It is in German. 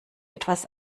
etwas